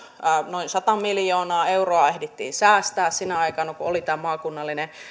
noin sata miljoonaa euroa ehdittiin säästää sinä aikana kun oli tämä maakunnallinen